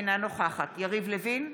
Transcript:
אינה נוכחת יריב לוין,